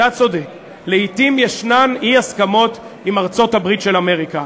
לעתים יש אי-הסכמות עם ארצות-הברית של אמריקה,